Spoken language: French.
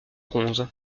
bronze